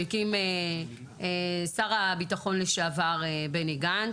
שהקים שר הביטחון לשעבר בני גנץ.